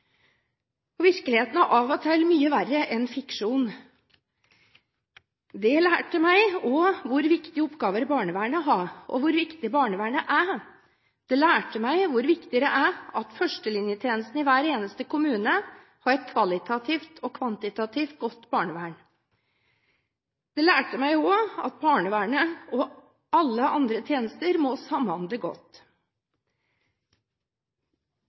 det. Virkeligheten er av og til mye verre enn fiksjon. Det lærte meg også hvor viktige oppgaver barnevernet har, og hvor viktig barnevernet er. Det lærte meg hvor viktig det er at førstelinjetjenesten i hver eneste kommune har et kvalitativt og kvantitativt godt barnevern. Det lærte meg også at barnevernet og alle andre tjenester må samhandle godt.